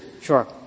Sure